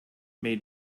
may